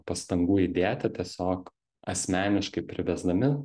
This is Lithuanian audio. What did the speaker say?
pastangų įdėti tiesiog asmeniškai privesdami